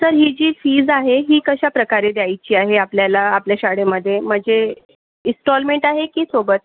sir ही जी fees आहे ही कशा प्रकारे द्यायची आहे आपल्याला आपल्या शाळेमधे म्हणजे इस्टॉलमेंट आहे की सोबत